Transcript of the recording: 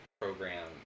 program